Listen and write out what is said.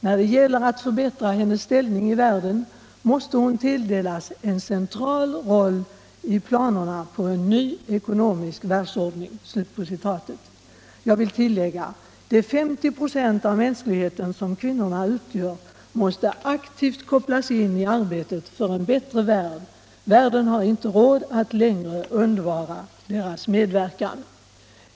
När det gäller att förbättra hennes ställning i världen måste hon tilldelas en central roll i planerna på en ny ekonomisk världsordning.” Jag vill tillägga: De 50 26 av mänskligheten som kvinnorna utgör måste aktivt kopplas in i arbetet för en bättre värld. Världen har inte råd att längre undvara deras medverkan.